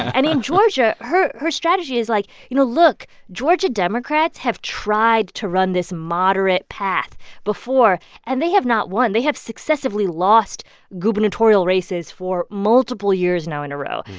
and in georgia, her her strategy is, like you know, look georgia democrats have tried to run this moderate path before, and they have not won. they have successively lost gubernatorial races for multiple years now in a row.